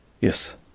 Yes